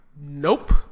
nope